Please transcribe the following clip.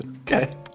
Okay